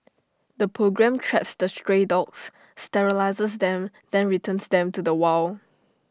the programme traps the stray dogs sterilises them then returns them to the wild